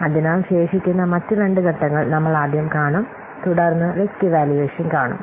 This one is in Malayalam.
അതിനാൽ ശേഷിക്കുന്ന മറ്റ് രണ്ട് ഘട്ടങ്ങൾ നമ്മൾ ആദ്യം കാണും തുടർന്ന് റിസ്ക് ഇവാലുവേഷൻ കാണും